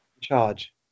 charge